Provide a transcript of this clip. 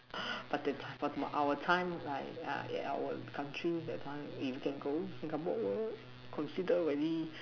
but the our time my yeah our country that time if can go Singapore considered really